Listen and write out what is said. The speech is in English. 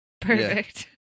Perfect